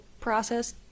process